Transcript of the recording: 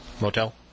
motel